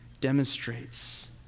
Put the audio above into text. demonstrates